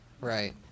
Right